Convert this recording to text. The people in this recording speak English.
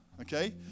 Okay